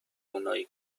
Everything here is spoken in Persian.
اونایی